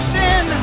sin